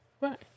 Right